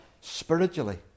spiritually